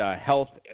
health